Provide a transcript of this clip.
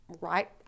right